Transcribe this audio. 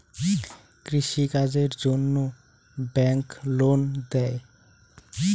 কৃষি কাজের জন্যে ব্যাংক লোন দেয়?